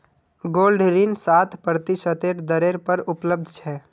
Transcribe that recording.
gold ऋण सात प्रतिशतेर दरेर पर उपलब्ध छ